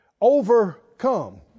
overcome